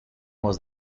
was